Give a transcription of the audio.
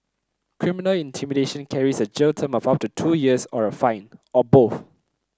criminal intimidation carries a jail term of up to two years or a fine or both